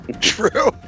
True